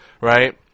right